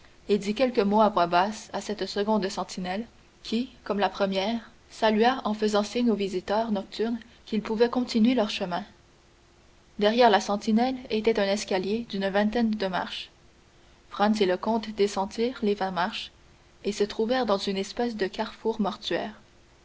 et dit quelques mots à voix basse à cette seconde sentinelle qui comme la première salua en faisant signe aux visiteurs nocturnes qu'ils pouvaient continuer leur chemin derrière la sentinelle était un escalier d'une vingtaine de marches franz et le comte descendirent les vingt marches et se trouvèrent dans une espèce de carrefour mortuaire